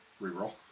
Reroll